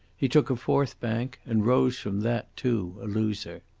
he took a fourth bank, and rose from that, too, a loser.